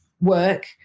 work